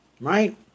right